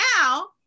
now